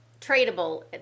tradable